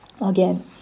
Again